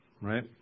right